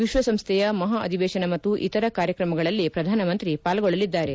ವಿಶ್ವಸಂಸ್ಥೆಯ ಮಹಾ ಅಧಿವೇಶನ ಮತ್ತು ಇತರ ಕಾರ್ಯಕ್ರಮಗಳಲ್ಲಿ ಪ್ರಧಾನಮಂತ್ರಿ ಪಾಲ್ಗೊಳ್ಳಲಿದ್ದಾರೆ